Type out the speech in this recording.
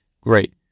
Great